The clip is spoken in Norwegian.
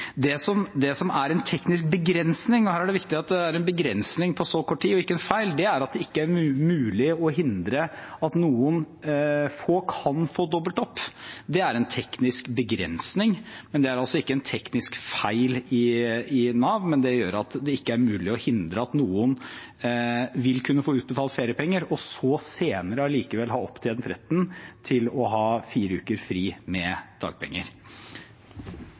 Det som er en teknisk begrensning – og her er det viktig at det er en begrensning på så kort tid og ikke en feil – er at det ikke er mulig å hindre at noen få kan få dobbelt opp. Det er en teknisk begrensning, men det er altså ikke en teknisk feil i Nav. Det gjør at det ikke er mulig å hindre at noen vil kunne få utbetalt feriepenger og så senere allikevel ha opptjent retten til å ha fire uker fri med dagpenger.